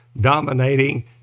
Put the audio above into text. dominating